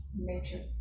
nature